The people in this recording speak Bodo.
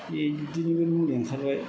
बिदिनिबो मुलि ओंखारबाय